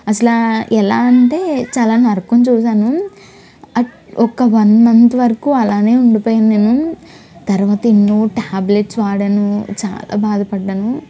అసల ఎలా అంటే చాలా నరకం చూసాను అట్ ఒక వన్ మంత్ వరకు అలానే ఉండిపోయాను నేను తరువాత ఎన్నో టాబ్లెట్స్ వాడాను చాలా బాధ పడ్డాను